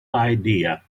idea